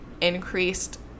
increased